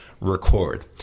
record